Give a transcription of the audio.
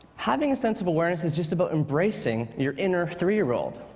having a sense of awareness is just about embracing your inner three year-old.